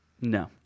No